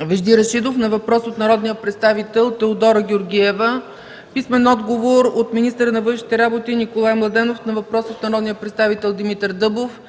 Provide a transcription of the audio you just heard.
Вежди Рашидов на въпрос от народния представител Теодора Георгиева; - министъра на външните работи Николай Младенов на въпрос от народния представител Димитър Дъбов;